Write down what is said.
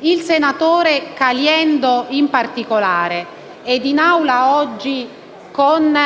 il senatore Caliendo in particolare ed in Aula oggi, con